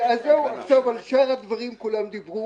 על שאר הדברים כולם דיברו.